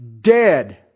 dead